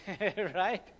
right